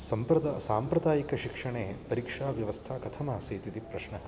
सम्प्रदायः साम्प्रदायिकशिक्षणे परिक्षाव्यवस्था कथमासीत् इति प्रश्नः